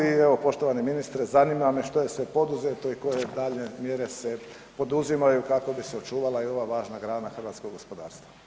I evo poštovani ministre zanima me što je sve poduzeto i koje se daljnje mjere poduzimaju kako bi se očuvala i ova važna grana hrvatskog gospodarstva?